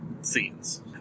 scenes